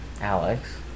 Alex